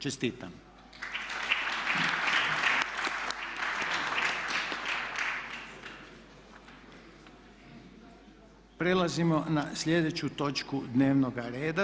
Čestitam! … Prelazimo na sljedeću točku dnevnoga reda.